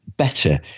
Better